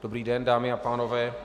Dobrý den, dámy a pánové.